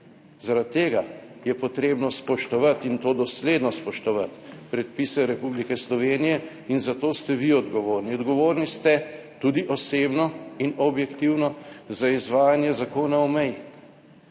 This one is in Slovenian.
Zaradi tega je potrebno spoštovati in to dosledno spoštovati predpise Republike Slovenije in za to ste vi odgovorni. Odgovorni ste tudi osebno in objektivno za izvajanje Zakona o meji,